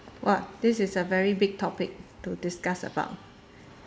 !wah! this is a very big topic to discuss about